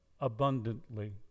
abundantly